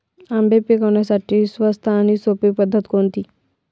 आंबे पिकवण्यासाठी स्वस्त आणि सोपी पद्धत कोणती?